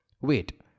Wait